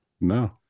No